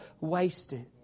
wasted